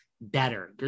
better